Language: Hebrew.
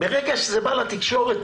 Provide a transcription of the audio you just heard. ברגע שזה בא לתקשורת,